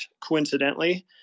coincidentally